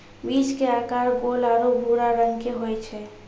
बीज के आकार गोल आरो भूरा रंग के होय छै